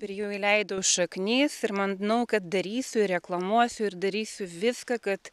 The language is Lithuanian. ir jau įleidau šaknis ir manau kad darysiu ir reklamuosiu ir darysiu viską kad